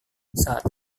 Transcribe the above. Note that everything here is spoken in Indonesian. saat